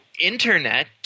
internet